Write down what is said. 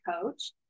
coach